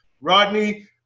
Rodney